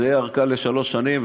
זאת תהיה ארכה לשלוש שנים,